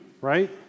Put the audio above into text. right